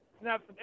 snap